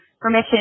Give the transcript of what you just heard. permission